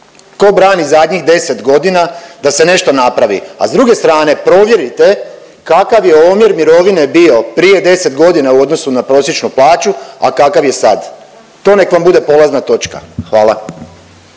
Tko brani zadnjih 10 godina da se nešto napravi? A s druge strane provjerite kakav je omjer mirovine bio prije 10 godina u odnosu na prosječnu plaću, a kakav je sad. To nek' vam bude polazna točka. Hvala.